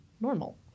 normal